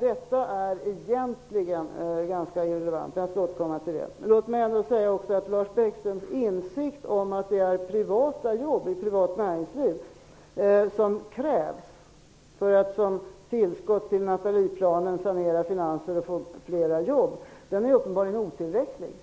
Detta är egentligen ganska irrelevant, och jag skall återkomma till detta. Lars Bäckströms insikt om att det krävs jobb i det privata näringslivet för att såsom ett tillskott till Nathalieplanen sanera finanserna är uppenbarligen otillräcklig.